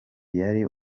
yari